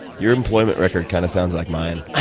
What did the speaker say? your employment record kind of sounds like mine.